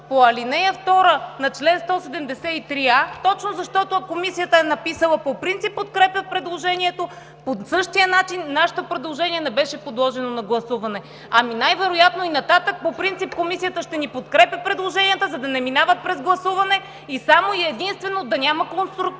по ал. 2 на чл. 173а, точно защото Комисията е написала, че по принцип подкрепя предложението, по същия начин нашето предложение не беше подложено на гласуване. (Шум и реплики от ГЕРБ.) Най-вероятно и нататък по принцип Комисията ще ни подкрепя предложенията, за да не минават през гласуване, само и единствено да няма конструктивизъм